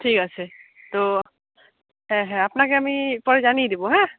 ঠিক আছে তো হ্যাঁ হ্যাঁ আপনাকে আমি পরে জানিয়ে দেবো হ্যাঁ